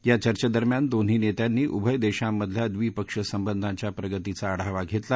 या चर्चेदरम्यान दोन्ही नेत्यांनी उभय देशांमधल्या द्विपक्षीय संबंधांच्या प्रगतीचा आढावा घेतला